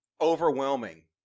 overwhelming